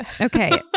Okay